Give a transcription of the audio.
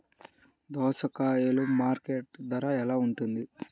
దోసకాయలు మార్కెట్ ధర ఎలా ఉంటుంది?